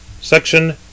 Section